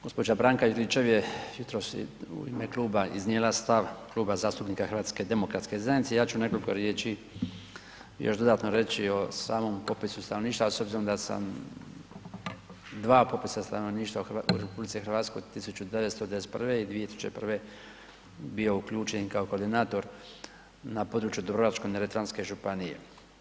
Gđa. Branka Juričev je jutros u ime kluba iznijela stav, Kluba zastupnika HDZ-a, ja ću nekolko riječi još dodatno reći o samom popisu stanovništva, a s obzirom da sam dva popisa stanovništva u RH 1991. i 2001. bio uključen i kao koordinator na području Dubrovačko-neretvanske županije.